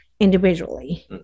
individually